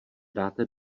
dáte